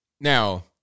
now